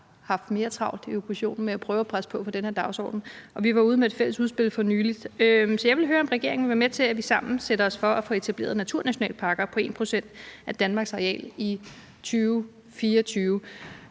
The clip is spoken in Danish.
haft mere travlt med at prøve at presse på for den her dagsorden, og vi var ude med et fælles udspil for nylig. Så jeg vil høre, om regeringen vil være med til, at vi sammen sætter os for at få etableret naturnationalparker på 1 pct. af Danmarks areal i 2024.